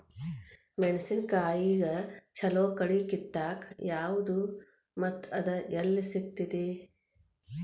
ಮೆಣಸಿನಕಾಯಿಗ ಛಲೋ ಕಳಿ ಕಿತ್ತಾಕ್ ಯಾವ್ದು ಮತ್ತ ಅದ ಎಲ್ಲಿ ಸಿಗ್ತೆತಿ?